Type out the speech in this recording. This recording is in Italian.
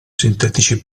sintetici